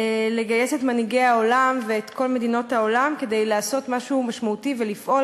לגייס את מנהיגי העולם ואת כל מדינות העולם כדי לעשות משהו משמעותי ולפעול